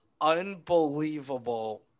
unbelievable